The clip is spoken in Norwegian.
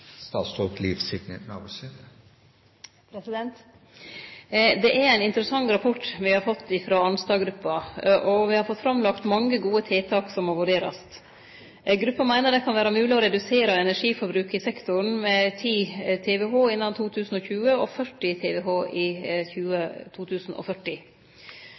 Det er ein interessant rapport me har fått frå Arnstad-gruppa, og me har fått framlagt mange gode tiltak som må vurderast. Gruppa meiner det kan vere mogleg å redusere energiforbruket i sektoren med 10 TWh innan 2020 og 40 TWh i 2040.